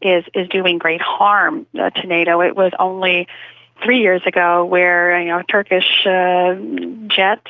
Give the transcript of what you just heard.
is is doing great harm to nato. it was only three years ago where a yeah turkish jet